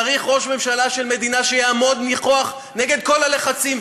צריך ראש ממשלה של מדינה שיעמוד נכוחה נגד כל הלחצים,